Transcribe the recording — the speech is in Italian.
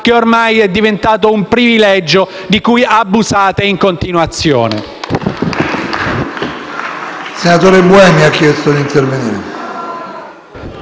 che ormai è diventata un privilegio di cui abusate in continuazione.